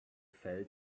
fell